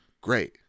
great